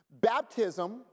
Baptism